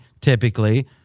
typically